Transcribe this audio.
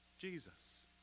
Jesus